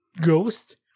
ghost